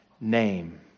name